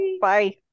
bye